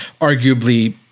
arguably